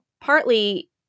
partly